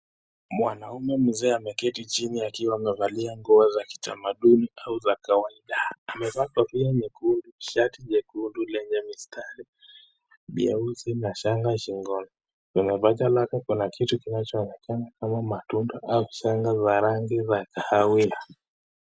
Mwanaume mzee ameketi chini akiwa amevalia nguo za kitamaduni au za kawaida, amevaa kofia nyekundu, shati nyekundu lenye mistari nyeusi na shanga shingoni, kwa mapaja lake kuna kitu kinachoonekana kama matunda au changa za rangi za kahawia.